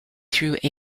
through